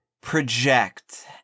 project